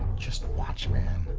just watch, man.